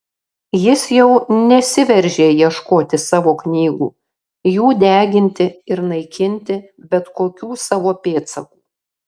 jis jau nesiveržė ieškoti savo knygų jų deginti ir naikinti bet kokių savo pėdsakų